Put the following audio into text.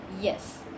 Yes